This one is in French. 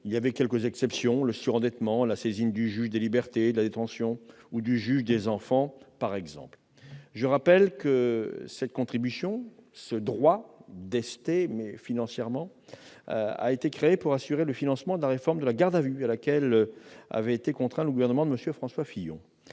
l'exception des situations de surendettement, de la saisine du juge des libertés et de la détention ou du juge des enfants, par exemple. Je rappelle que cette contribution, ce droit d'ester avait été créé pour assurer le financement de la réforme de la garde à vue à laquelle avait été contraint le gouvernement de M. François Fillon.